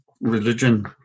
religion